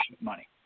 money